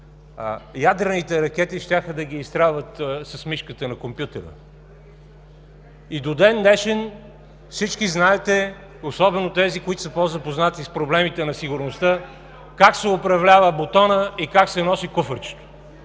ядрените ракети щяха да ги изстрелват с мишката на компютъра. И до ден днешен всички знаете, особено тези, които са по-запознати с проблемите на сигурността, как се управлява бутонът и как се носи куфарчето